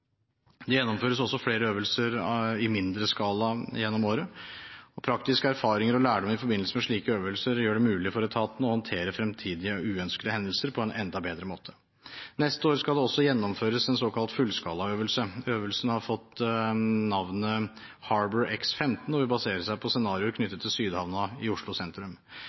Det gjennomføres også flere øvelser i mindre skala gjennom året. Praktiske erfaringer og lærdom i forbindelse med slike øvelser gjør det mulig for etaten å håndtere fremtidige uønskede hendelser på en enda bedre måte. Neste år skal det også gjennomføres en såkalt fullskalaøvelse. Øvelsen har fått navnet Harbour EX15 og vil basere seg på scenarier knyttet til Sydhavna i Oslo sentrum.